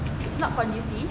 is not conducive